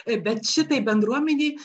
bet šitai bendruomenei